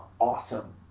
awesome